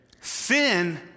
Sin